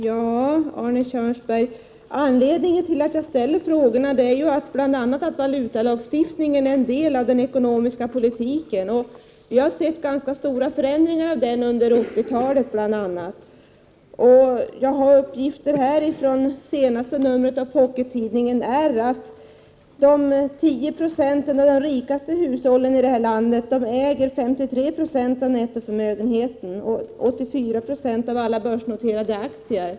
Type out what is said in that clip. Fru talman! En av anledningarna till att jag ställt mina frågor, Arne Kjörnsberg, är att valutalagstiftningen är en del av den ekonomiska politiken. Ganska stora förändringar har ju skett på detta område under 1980-talet exempelvis. I senaste numret av Pockettidningen R finns det uppgifter om att 10 960 av de rikaste hushållen i vårt land äger 53 90 av nettoförmögenheten och 84 960 av alla börsnoterade aktier.